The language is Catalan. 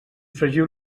fregiu